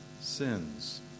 sins